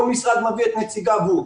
כל משרד מביא את נציגיו הוא.